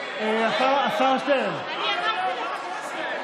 השר שטרן,